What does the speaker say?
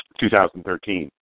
2013